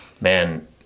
man